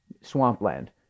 swampland